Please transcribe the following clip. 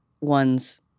one's